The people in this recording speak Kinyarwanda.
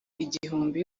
igihumbi